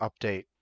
update